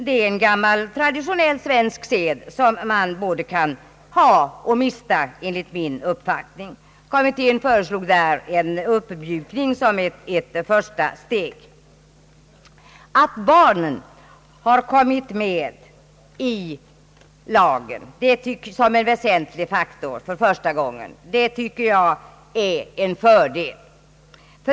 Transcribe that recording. Det är en gammal svensk tradition som man både kan ha och mista. Kommittén föreslog där en uppmjukning som ett första steg. Att barnen för första gången har kommit med i lagen som en väsentlig faktor tycker jag är en fördel.